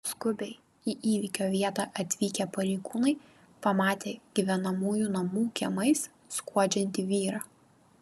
skubiai į įvykio vietą atvykę pareigūnai pamatė gyvenamųjų namų kiemais skuodžiantį vyrą